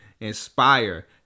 inspire